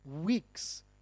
weeks